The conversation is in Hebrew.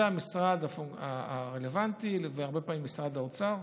המשרד הרלוונטי, והרבה פעמים זה משרד האוצר,